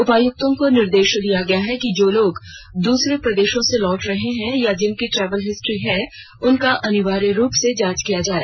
उपायुक्तों को निर्देश दिया गया है कि जो लोग दुसरे प्रदेशों से लौटे हैं या जिनकी ट्रैवल हिस्ट्री है उनका अनिवार्य रूप से जांच की जाए